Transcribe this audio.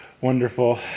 Wonderful